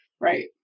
Right